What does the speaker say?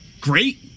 Great